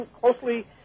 closely